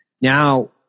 now